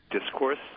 discourse